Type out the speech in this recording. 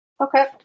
Okay